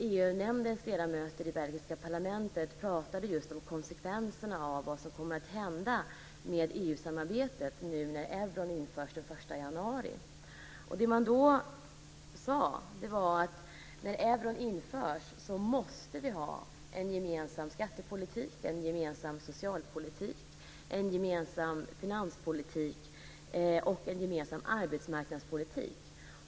EU-nämndens ledamöter i belgiska parlamentet pratade just om konsekvenserna för EU-samarbetet när nu euron införs den 1 januari. Det man sade var att när euron införs måste vi ha en gemensam skattepolitik, en gemensam socialpolitik, en gemensam finanspolitik och en gemensam arbetsmarknadspolitik.